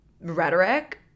rhetoric